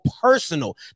personal